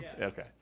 Okay